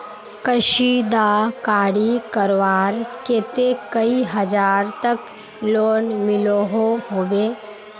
कशीदाकारी करवार केते कई हजार तक लोन मिलोहो होबे?